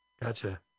Gotcha